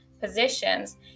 positions